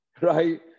right